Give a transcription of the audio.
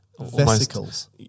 Vesicles